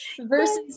versus